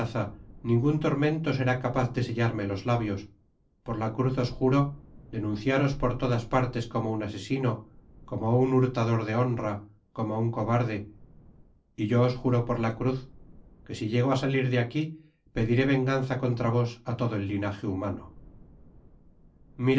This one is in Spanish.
ningun tormento será capaz de sellarme los labios por la cruz os juro denunciaros por todas partes como un asesino como un hurtador de honra como un cobarde y yo os juro por la cruz que si llego á salir de aqui pediré venganza contra vos á todo el linaje humano